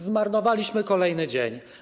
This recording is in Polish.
Zmarnowaliśmy kolejny dzień.